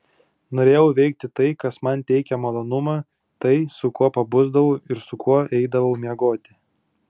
norėjau veikti tai kas man teikia malonumą tai su kuo pabusdavau ir su kuo eidavau miegoti